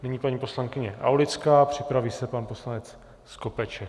Nyní paní poslankyně Aulická, připraví se pan poslanec Skopeček.